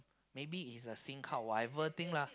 maybe it's a sim card or whatever thing lah